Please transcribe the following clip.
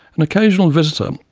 an occasional visitor,